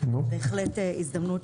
בהחלט הזדמנות